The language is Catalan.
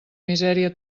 misèria